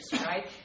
right